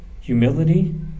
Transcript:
humility